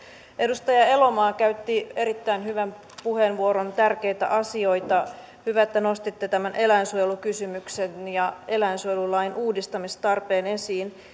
edustaja elomaa käytti erittäin hyvän puheenvuoron tärkeitä asioita hyvä että nostitte tämän eläinsuojelukysymyksen ja eläinsuojelulain uudistamistarpeen esiin